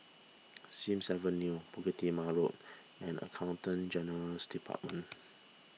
Sims Avenue Bukit Timah Road and Accountant General's Department